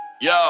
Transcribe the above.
Yo